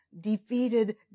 defeated